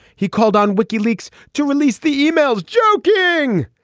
he called on wikileaks to release the emails. joking.